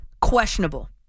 questionable